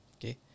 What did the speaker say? okay